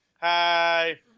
Hi